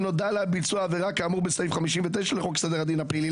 נודע לה על ביצוע עבירה כאמור בסעיף 59 לחוק סדר הדין הפלילי.